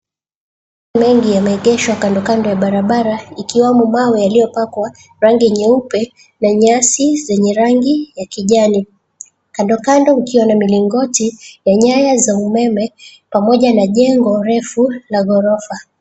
Mengi yameegeshwa kandokando ya barabara ikiwamo mawe yaliyopakwa rangi nyeupe na nyasi zenye rangi ya kijani. Kandokando mkiwa na milingoti ya nyaya za umeme pamoja na jengo refu la ghorofa.